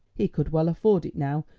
he could well afford it now,